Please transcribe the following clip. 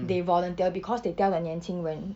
they volunteer because they tell the 年轻人